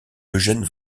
eugène